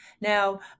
Now